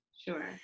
Sure